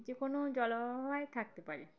যে কোনো জল আবহাওয়ায় থাকতে পারে